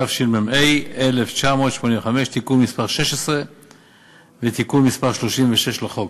התשמ”ה 1985, תיקון מס' 16 ותיקון מס' 36 לחוק.